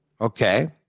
Okay